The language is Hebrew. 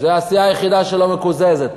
זו הסיעה היחידה שלא מקוזזת.